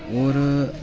होर